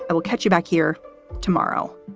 ah we'll catch you back here tomorrow